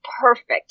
perfect